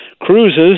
cruises